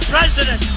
President